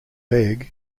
beg